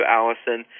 Allison